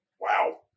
wow